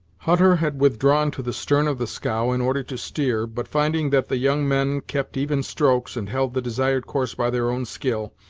hutter had withdrawn to the stern of the scow, in order to steer, but, finding that the young men kept even strokes, and held the desired course by their own skill,